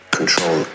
Control